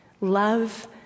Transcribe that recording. love